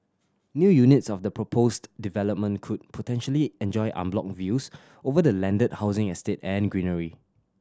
new units of the proposed development could potentially enjoy unblocked views over the landed housing estate and greenery